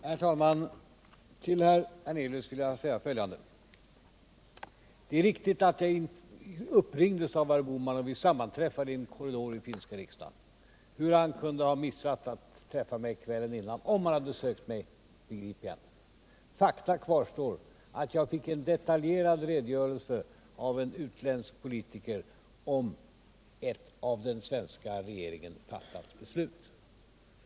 Herr talman! Till herr Hernelius vill jag säga följande. Det är riktigt att jag blev uppringd av herr Bohman och att vi sammanträffade i en korridor i den finska riksdagen. Hur han kunde ha missat att träffa mig kvällen innan om han hade sökt mig begriper jag inte. Fakta kvarstår: Jag fick en detaljerad redogörelse av en utländsk politiker för ett av den svenska regeringen fattat beslut.